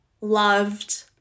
loved